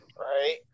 Right